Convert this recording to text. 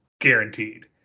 guaranteed